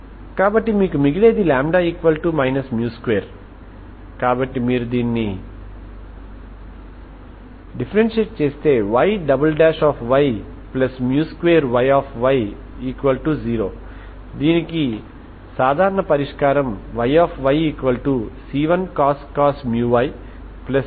కాబట్టి మీకు మిగిలేది λ 2 కాబట్టి మీరు దీన్ని చేస్తే Yy2Yy0 దీనికి సాధారణ పరిష్కారం Yyc1cos μy c2sin μy